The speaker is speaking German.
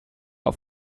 auf